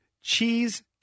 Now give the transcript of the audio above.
cheese